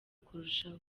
kurushaho